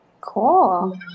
Cool